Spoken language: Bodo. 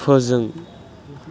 फोजों